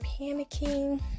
panicking